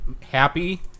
happy